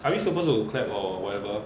are we suppose to clap or whatever